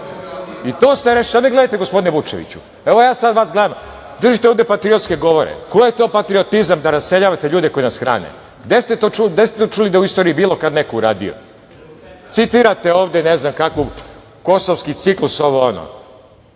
tim mlekom. Šta me gledate, gospodine Vučeviću? Evo ja sada vas gledam, držite ovde patriotske govore. Koji je to patriotizam da raseljavate ljude koji nas hrane? Gde ste to čuli da je u istoriji to bilo kada neko uradio? Citirate ovde ne znam kakav kosovski ciklus, ovo, ono.